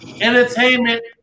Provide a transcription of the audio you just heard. entertainment